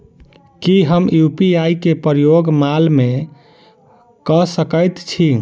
की हम यु.पी.आई केँ प्रयोग माल मै कऽ सकैत छी?